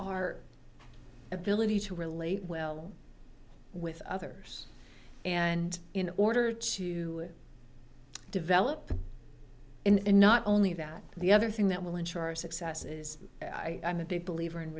our ability to relate well with others and in order to develop in not only that the other thing that will ensure our successes i am a big believer in